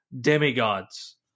demigods